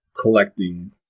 collecting